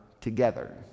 together